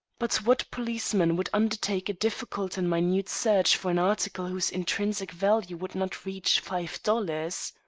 but what policeman would undertake a difficult and minute search for an article whose intrinsic value would not reach five dollars?